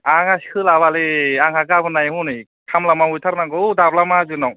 आंहा सोलाबालै आंहा गाबोनहाय हनै खामला मावहैथारनांगौ दाब्ला माहाजोननाव